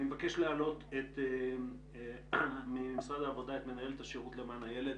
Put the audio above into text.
אני מבקש להעלות את מנהלת השירות למען הילד,